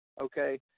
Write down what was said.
okay